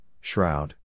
shroud